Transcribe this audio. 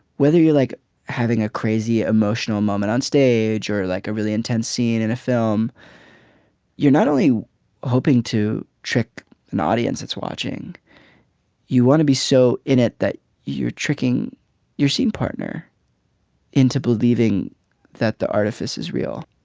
whether you like having a crazy emotional moment on stage or like a really intense scene in a film you're not only hoping to trick an audience it's watching you want to be so in it that you're tricking you're seeing partner into believing that the artifice is real